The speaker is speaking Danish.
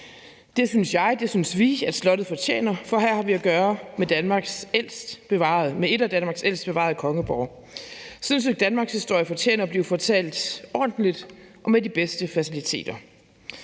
Det synes jeg, det synes vi at slottet fortjener, for her har vi at gøre med en af Danmarks ældst bevarede kongeborge. Sådan et stykke danmarkshistorie fortjener at blive fortalt ordentligt og med de bedste faciliteter.